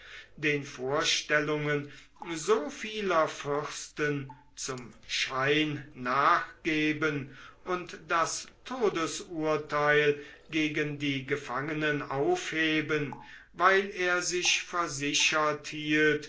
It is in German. den vorstellungen so vieler fürsten zum schein nachgeben und das todesurtheil gegen die gefangenen aufheben weil er sich versichert hielt